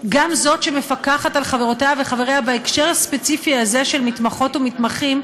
זאת שמפקחת על חברותיה וחבריה בהקשר הספציפי הזה של מתמחות ומתמחים,